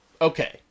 okay